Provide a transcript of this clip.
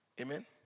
Amen